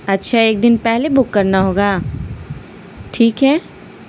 اچھا ایک دن پہلے بک کرنا ہوگا ٹھیک ہے